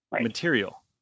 material